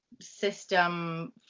system